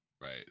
Right